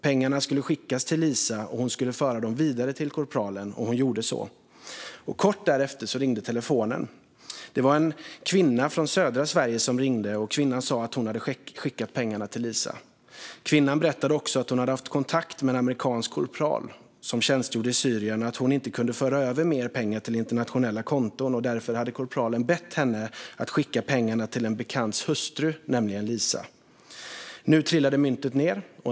Pengarna skulle skickas till Lisa, och hon skulle föra dem vidare till korpralen. Hon gjorde så. Kort därefter ringde telefonen. Det var en kvinna från södra Sverige som ringde. Kvinnan sa att hon hade skickat pengarna till Lisa. Kvinnan berättade också att hon hade haft kontakt med en amerikansk korpral som tjänstgjorde i Syrien och att hon inte kunde föra över mer pengar till internationella konton. Därför hade korpralen bett henne att skicka pengarna till en bekants hustru, nämligen Lisa. Nu trillade myntet ned.